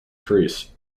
priest